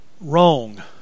Wrong